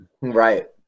Right